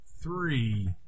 three